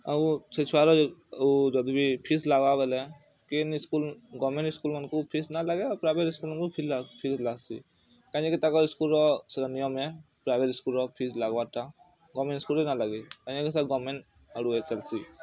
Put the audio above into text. ଆଉ ସେ ଛୁଆର ଆଉ ଯଦି ବି ଫିସ୍ ଲାଗ୍ବା ବେଲେ କେନ୍ ସ୍କୁଲ୍ ଗଭର୍ଣ୍ଣମେଣ୍ଟ୍ ସ୍କୁଲ୍ମାନଙ୍କୁ ଫିସ୍ ନା ଲାଗେ ଆଉ ପ୍ରାଇଭେଟ୍ ସ୍କୁଲ୍ମାନଙ୍କୁ ଫିସ୍ ଫିସ୍ ଲାଗ୍ସି କାଁଯେକି ତାଙ୍କର୍ ସ୍କୁଲ୍ର ସେଟା ନିୟମ ଏ ପ୍ରାଇଭେଟ୍ ସ୍କୁଲ୍ର ଫିସ୍ ଲାଗ୍ବାଟା ଗଭର୍ଣ୍ଣମେଣ୍ଟ୍ ସ୍କୁଲ୍ରେ ନା ଲାଗେ କାଁଯେକି ସେ ଗଭର୍ଣ୍ଣମେଣ୍ଟ୍ ଆଡୁ ଚାଲ୍ସି